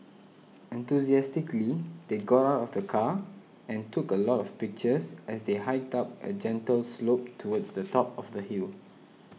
enthusiastically they got out of the car and took a lot of pictures as they hiked up a gentle slope towards the top of the hill